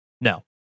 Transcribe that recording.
No